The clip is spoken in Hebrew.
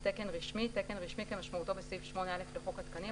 "תקן רשמי"- תקן רשמי כמשמעותו בסעיף 8(א) לחוק התקנים,